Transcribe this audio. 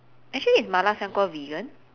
actually is 麻辣香锅 vegan